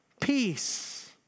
peace